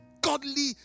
godly